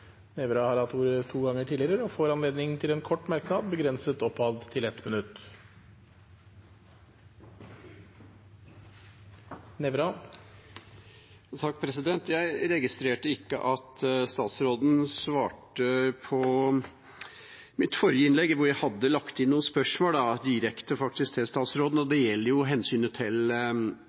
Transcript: Nævra har hatt ordet to ganger tidligere og får ordet til en kort merknad, begrenset til 1 minutt. Jeg registrerte ikke at statsråden svarte på mitt forrige innlegg, hvor jeg hadde lagt inn noen direkte spørsmål til statsråden. Det gjelder hensynet til